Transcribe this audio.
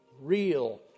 real